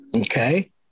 okay